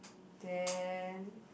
then